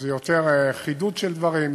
זה יותר חידוד של דברים,